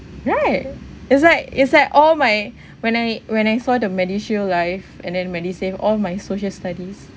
right it's like it's like all my when I when I saw the medishield life and then medisave all my social studies